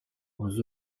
nous